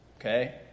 Okay